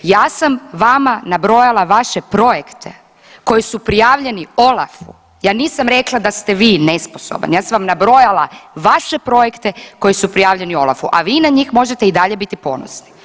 Ja sam vama nabrojala vaše projekte koji su prijavljeni OLAF-u, ja nisam rekla da ste vi nesposoban, ja sam vam nabrojala vaše projekte koji su prijavljeni OLAF-u, a vi na njih možete i dalje biti ponosni.